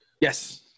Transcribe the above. Yes